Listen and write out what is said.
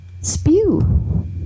spew